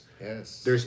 Yes